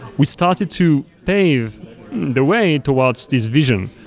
we started to pave the way towards this vision.